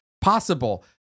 possible